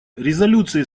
резолюции